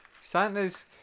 Santa's